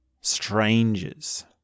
strangers